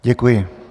Děkuji.